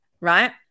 right